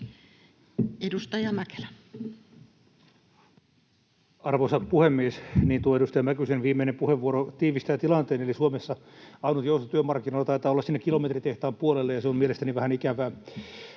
Content: Arvoisa puhemies! Tuo edustaja Mäkysen viimeinen puheenvuoro tiivistää tilanteen, eli Suomessa ainut jousto työmarkkinoilla taitaa olla sinne kilometritehtaan puolelle, ja se on mielestäni vähän ikävää.